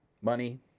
Money